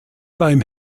beim